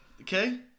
Okay